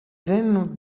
then